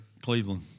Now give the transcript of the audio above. Cleveland